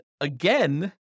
again